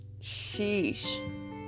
Sheesh